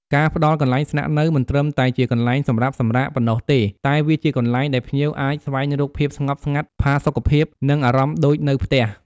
ការផ្តល់កន្លែងស្នាក់នៅ មិនត្រឹមតែជាកន្លែងសម្រាប់សម្រាកប៉ុណ្ណោះទេ តែវាជាកន្លែងដែលភ្ញៀវអាចស្វែងរកភាពស្ងប់ស្ងាត់ ផាសុកភាព និងអារម្មណ៍ដូចនៅផ្ទះ។